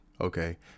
Okay